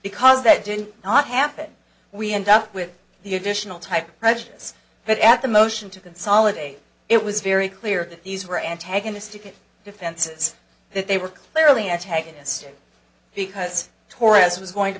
because that did not happen we end up with the additional type of prejudice but at the motion to consolidate it was very clear that these were antagonistic defenses that they were clearly antagonistic because torres was going to